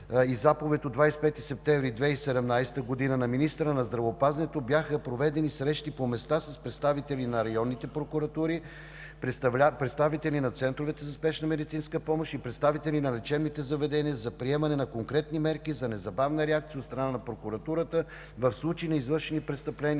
и заповед от 25 септември 2017 г. на министъра на здравеопазването бяха проведени срещи по места с представители на районните прокуратури, представители на центровете за спешна медицинска помощ и представители на лечебните заведения за приемане на конкретни мерки за незабавна реакция от страна на Прокуратурата в случай на извършени престъпления